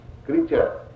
Creature